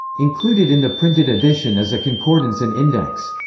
included in the printed edition is a concordance and index.